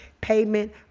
payment